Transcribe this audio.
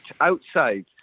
outside